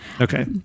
Okay